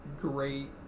great